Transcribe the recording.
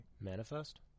Manifest